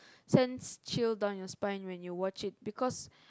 sends chill down your spine when you watch it because